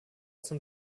zum